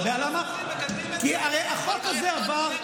אתה יודע למה, כי הרי החוק הזה עבר,